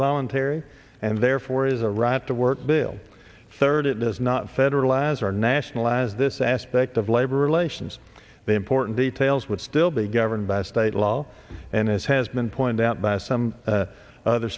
voluntary and therefore is a right to work bill third it does not federalize or nationalize this aspect of labor relations the important details would still be governed by state law and as has been pointed out by some other